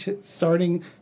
starting